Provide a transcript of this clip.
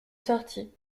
sortie